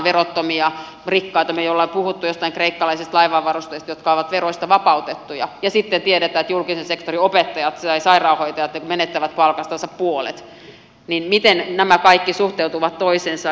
me olemme puhuneet joistain kreikkalaisista laivanvarustajista jotka ovat veroista vapautettuja ja sitten kun tiedetään että julkisen sektorin opettajat ja sairaanhoitajat menettävät palkastansa puolet niin miten nämä kaikki suhteutuvat toisiinsa